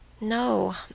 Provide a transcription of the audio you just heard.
No